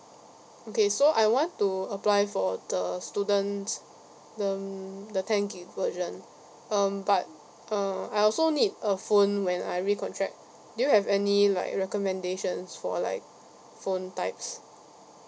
okay so I want to apply for the student the um the ten gigabyte version um but uh I also need a phone when I recontract do you have any like recommendations for like phone types